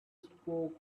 spoke